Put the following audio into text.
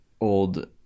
old